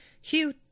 Hugh